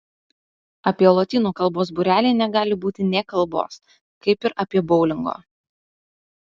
apie lotynų kalbos būrelį negali būti nė kalbos kaip ir apie boulingo